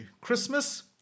Christmas